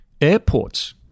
Airports